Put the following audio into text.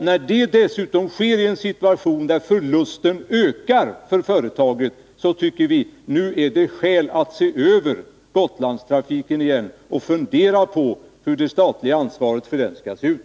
När det dessutom sker i en situation där förlusten ökar för företaget, tycker vi att nu är det skäl att se över Gotlandstrafiken igen och fundera på hur det statliga ansvaret för den skall se ut.